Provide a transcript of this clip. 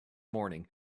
morning